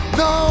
no